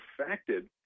affected